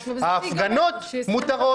ההפגנות מותרות,